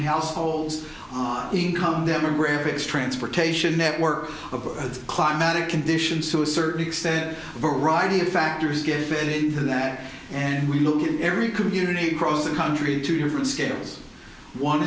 households income demographics transportation network of climatic conditions to a certain extent variety of factors good fit into that and we look in every community across the country to different scales one